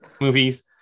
movies